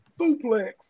suplex